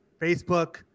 Facebook